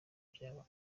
byaba